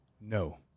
No